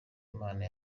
imana